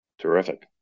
Terrific